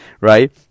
right